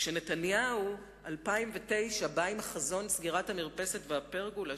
כשנתניהו 2009 בא עם חזון סגירת המרפסת והפרגולה